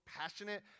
passionate